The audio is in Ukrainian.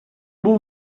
був